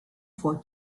for